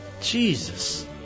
Jesus